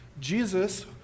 jesus